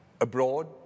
Abroad